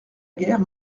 guerre